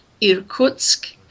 Irkutsk